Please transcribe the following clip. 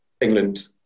England